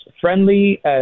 friendly